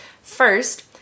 First